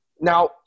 Now